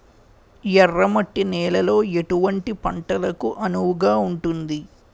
ఎర్ర మట్టి నేలలో ఎటువంటి పంటలకు అనువుగా ఉంటుంది?